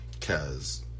cause